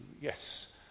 Yes